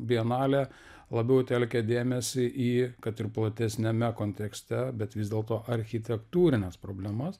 bienalę labiau telkia dėmesį į kad ir platesniame kontekste bet vis dėlto architektūrines problemas